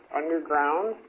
underground